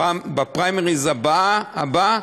בפריימריז הבאים,